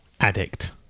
addict